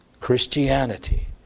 Christianity